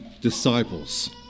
disciples